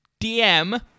DM